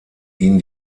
ihn